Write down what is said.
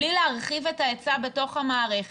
בלי להרחיב את ההיצע במערכת,